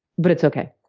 but it's okay.